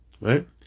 Right